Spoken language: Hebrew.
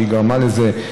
שהוא שגרם לזה.